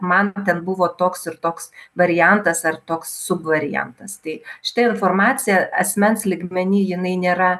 man ten buvo toks ir toks variantas ar toks subvariantas tai šita informacija asmens lygmeny jinai nėra